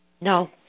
No